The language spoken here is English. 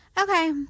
Okay